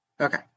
Okay